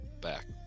back